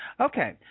Okay